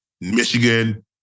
Michigan